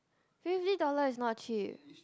fifty dollar is not cheap